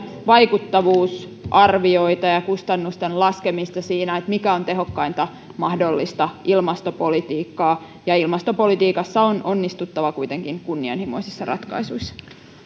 vaikuttavuusarvioita ja ja kustannusten laskemista siinä mikä on tehokkainta mahdollista ilmastopolitiikkaa ja ilmastopolitiikassa on onnistuttava kuitenkin kunnianhimoisissakin ratkaisuissa